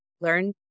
learn